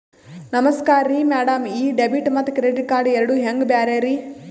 ನಮಸ್ಕಾರ್ರಿ ಮ್ಯಾಡಂ ಈ ಡೆಬಿಟ ಮತ್ತ ಕ್ರೆಡಿಟ್ ಕಾರ್ಡ್ ಎರಡೂ ಹೆಂಗ ಬ್ಯಾರೆ ರಿ?